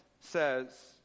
says